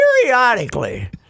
Periodically